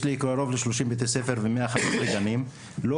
יש לי קרוב ל-30 בתי ספר ו-150 גנים ולא